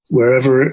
Wherever